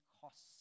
costs